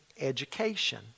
education